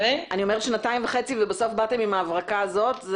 שנתיים וחצי ובסוף באתם עם ההברקה הזאת?